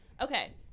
Okay